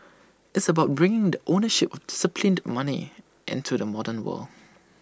it's about bringing the ownership of disciplined money into the modern world